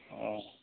अ'